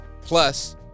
Plus